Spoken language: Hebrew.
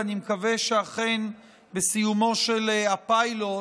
ואני מקווה שאכן בסיומו של הפיילוט